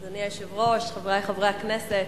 אדוני היושב-ראש, חברי חברי הכנסת,